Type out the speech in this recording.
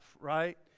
right